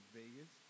vegas